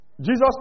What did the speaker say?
Jesus